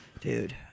Dude